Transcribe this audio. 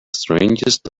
strangest